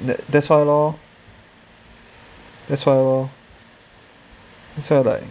that that's why lor that's why lor that's why like